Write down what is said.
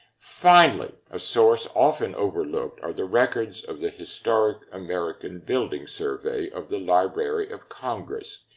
finally, a source often overlooked are the records of the historic american building survey of the library of congress,